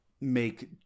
make